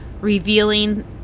revealing